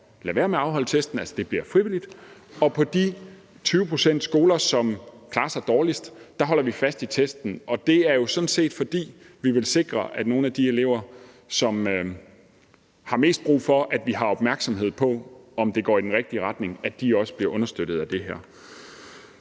lade være med at afholde testen, altså det bliver frivilligt, og på de 20 pct. skoler, som klarer sig dårligst, holder vi fast i testen, og det er jo sådan set, fordi vi vil sikre, at nogle af de elever, som har mest brug for, at vi har opmærksomhed på, om det går i den rigtige retning, også bliver understøttet af det her.